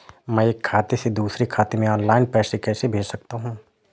मैं एक खाते से दूसरे खाते में ऑनलाइन पैसे कैसे भेज सकता हूँ?